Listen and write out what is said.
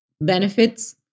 benefits